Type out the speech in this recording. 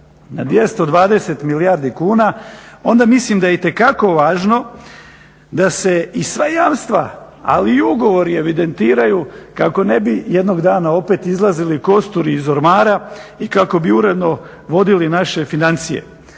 na 220 milijardi kuna, onda mislim da je itekako važno da se i sva jamstva, ali i ugovori evidentiraju kako ne bi jednog dana opet izlazili kosturi iz ormara i kako bi uredno vodili naše financije.